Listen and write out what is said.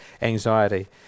anxiety